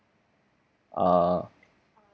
uh